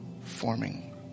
forming